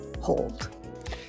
hold